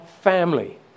family